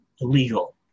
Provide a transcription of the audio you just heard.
illegal